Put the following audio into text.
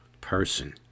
person